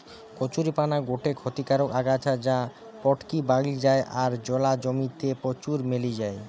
কচুরীপানা গটে ক্ষতিকারক আগাছা যা পটকি বাড়ি যায় আর জলা জমি তে প্রচুর মেলি যায়